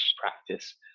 practice